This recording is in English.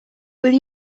will